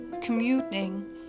commuting